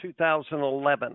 2011